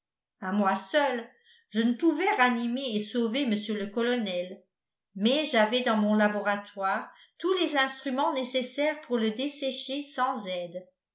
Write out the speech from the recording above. à moi seul je ne pouvais ranimer et sauver mr le colonel mais j'avais dans mon laboratoire tous les instruments nécessaires pour le dessécher sans aide